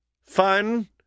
fun